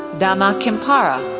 dhamma kimpara.